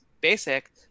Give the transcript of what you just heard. Basic